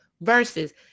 verses